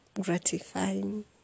gratifying